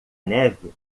neve